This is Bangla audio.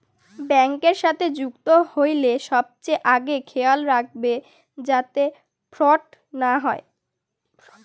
ব্যাঙ্কের সাথে যুক্ত হইলে সবচেয়ে আগে খেয়াল রাখবে যাতে ফ্রড না হয়